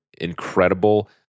incredible